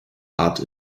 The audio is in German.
art